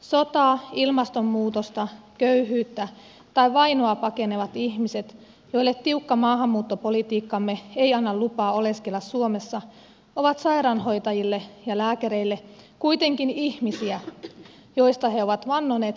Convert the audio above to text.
sotaa ilmastonmuutosta köyhyyttä tai vainoa pakenevat ihmiset joille tiukka maahanmuuttopolitiikkamme ei anna lupaa oleskella suomessa ovat sairaanhoitajille ja lääkäreille kuitenkin ihmisiä joista he ovat vannoneet huolehtivansa